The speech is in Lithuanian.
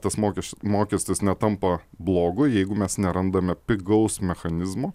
tas mokesčio mokestis netampa blogu jeigu mes nerandame pigaus mechanizmo